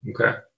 okay